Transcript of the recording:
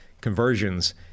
conversions